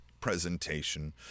presentation